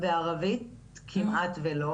וערבית כמעט ולא.